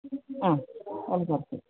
ആ okay okay